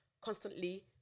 constantly